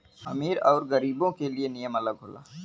अमीर अउर गरीबो के लिए नियम अलग होला